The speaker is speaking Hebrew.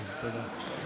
תודה.